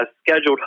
scheduled